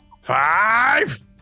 five